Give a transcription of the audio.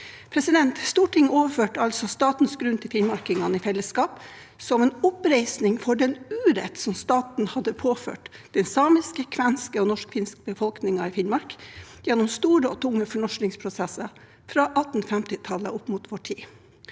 2024 Stortinget overførte altså statens grunn til finnmarkingene i fellesskap som en oppreisning for den urett som staten hadde påført den samiske, kvenske og norskfinske befolkningen i Finnmark gjennom store og tunge fornorskningsprosesser fra 1850-tallet og opp mot vår tid.